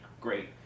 great